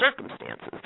circumstances